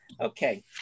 Okay